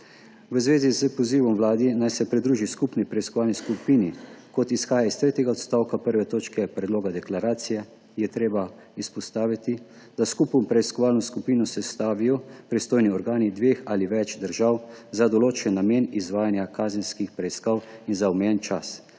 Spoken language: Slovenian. V zvezi s pozivom Vladi, naj se pridruži skupni preiskovalni skupini, kot izhaja iz tretjega odstavka I. točke predloga deklaracije, je treba izpostaviti, da skupno preiskovalno skupino sestavijo pristojni organi dveh ali več držav za določen namen izvajanja kazenskih preiskav in za omejen čas,